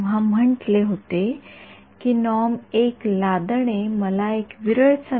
आम्ही म्हटले होते की जादूने कोणीतरी ते मला दिले आहे आणि आम्ही फक्त १ नॉर्म किंवा २ नॉर्म गोष्टीबद्दल चिंता करीत होतो